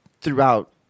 throughout